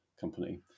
company